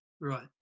right